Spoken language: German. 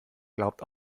glaubt